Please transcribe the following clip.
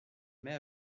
mais